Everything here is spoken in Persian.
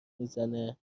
میزنه